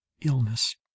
illness